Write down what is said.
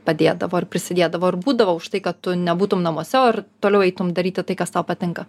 padėdavo ir prisidėdavo ir būdavo už tai kad tu nebūtum namuose o toliau eitum daryti tai kas tau patinka